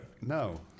no